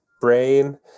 brain